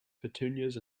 petunias